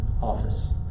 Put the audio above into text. office